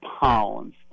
pounds